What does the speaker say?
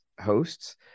hosts